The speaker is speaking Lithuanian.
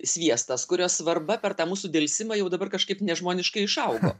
sviestas kurio svarba per tą mūsų delsimą jau dabar kažkaip nežmoniškai išaugo